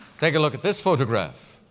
take a look at this photograph.